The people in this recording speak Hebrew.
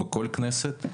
בכל כנסת.